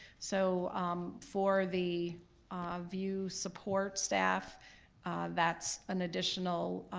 so for the vue support staff that's an additional